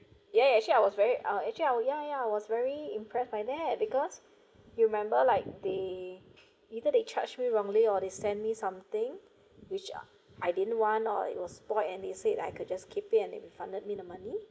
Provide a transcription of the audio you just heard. ya actually I was very I was actually I ya ya was very impressed by that because you remember like they either they charged me wrongly or they send me something which I I didn't want or it was spoilt and they said I could just keep it and they refunded me the money